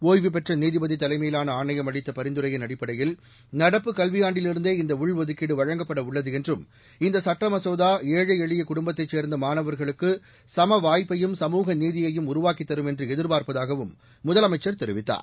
ஒய்வு பெற்ற நீதிபதி தலைமையிலான ஆணையம் அளித்த பரிந்துரையின் அடிப்படையில் நடப்பு கல்வியாண்டிலிருந்தே இந்த உள்ஒதுக்கீடு வழங்கப்படவுள்ளது என்றும் இந்த சட்ட மசோதா ஏழை எளிய குடும்பத்தைச் சேர்ந்த மாணவர்களுக்கு சமவாய்ப்பையும் சமூக நீதியையும் உருவாக்கித் தரும் என்று எதிர்பார்ப்பதாகவும் முதலமைச்சர் தெரிவித்தார்